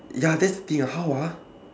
ya that's the thing ah how ah